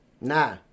Nah